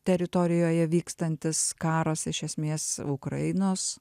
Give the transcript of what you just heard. teritorijoje vykstantis karas iš esmės ukrainos